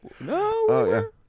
No